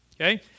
okay